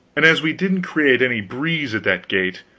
and as we didn't create any breeze at that gait,